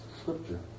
scripture